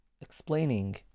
explaining